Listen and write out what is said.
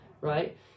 right